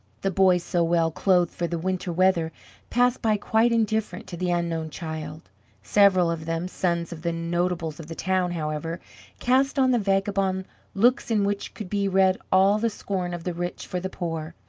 the boys so well clothed for the winter weather passed by quite indifferent to the unknown child several of them, sons of the notables of the town, however, cast on the vagabond looks in which could be read all the scorn of the rich for the poor,